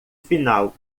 final